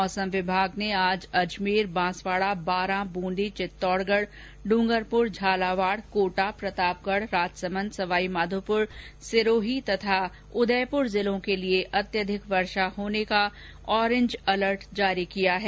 मौसम विभाग ने आज अजमेर बांसवाड़ा बारां बूंदी चित्तौड़गढ़ ड्रंगरपुर झालावाड़ कोटा प्रतापगढ़ राजसमंद सवाईमाधोपुर सिरोही तथा उदयपुर जिलों के लिए अत्यधिक वर्षा होर्ने का ऑरेंज अलर्ट जारी किया है